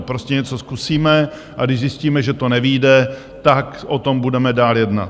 Prostě něco zkusíme, a když zjistíme, že to nevyjde, tak o tom budeme dál jednat.